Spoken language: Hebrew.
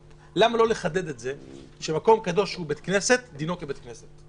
למה לא לחדד את זה שמקום קדוש שהוא בית כנסת דינו כבית כנסת?